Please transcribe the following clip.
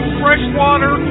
freshwater